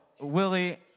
Willie